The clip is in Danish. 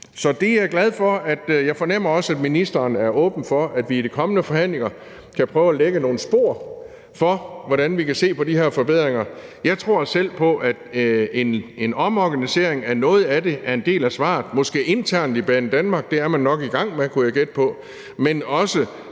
Så det er jeg glad for, og jeg fornemmer også, at ministeren er åben for, at vi i de kommende forhandlinger kan prøve at lægge nogle spor for, hvordan vi kan se på de her forbedringer. Jeg tror selv på, at en omorganisering er noget af det, at det er en del af svaret, måske internt i Banedanmark – det er man nok i gang med, kunne jeg gætte på – men